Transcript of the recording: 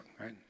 right